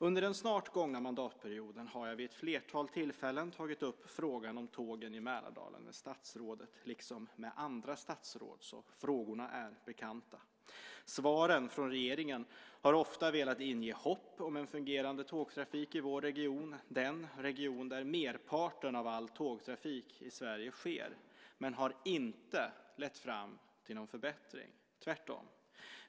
Under den snart gångna mandatperioden har jag vid ett flertal tillfällen tagit upp frågan om tågen i Mälardalen med statsrådet liksom med andra statsråd, så frågorna är bekanta. Svaren från regeringen har ofta velat inge hopp om en fungerande tågtrafik i vår region, den region där merparten av all tågtrafik i Sverige sker, men det har inte lett fram till någon förbättring, tvärtom.